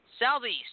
Southeast